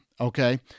okay